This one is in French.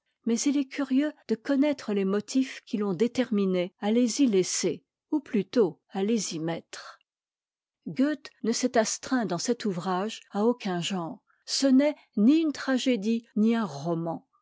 mais il est curieux de conna re les motifs qui l'ont déterminé à les y laisser ou plutôt à les mettre goethe ne s'est astreint dans cet ouvrage à aucun genre ce n'est ni une tragédie ni un roman